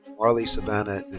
marley savannah